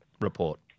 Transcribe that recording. report